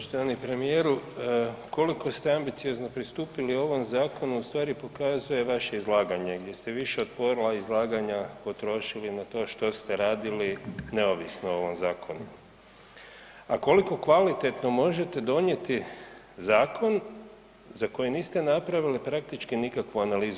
Poštovani premijeru, koliko ste ambiciozno pristupili ovom zakonu u stvari pokazuje vaše izlaganje gdje ste više od pola izlaganja potrošili na to što ste radili neovisno o ovom zakonu, a koliko kvalitetno možete donijeti zakon za koji niste napravili praktički nikakvu analizu.